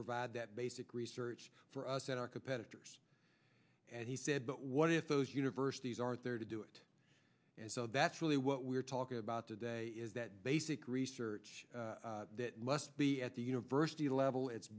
provide that basic research for us and our competitors and he said but what if those universities are there to do it and so that's really what we're talking about today is that basic research that must be at the university level it's